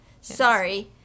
sorry